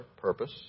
purpose